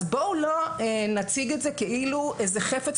אז בואו לא נציג את זה כאילו איזה חפץ